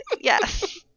Yes